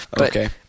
Okay